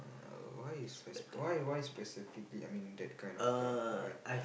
why is specific why why specifically I mean that kind of car why